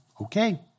Okay